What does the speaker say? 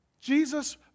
Jesus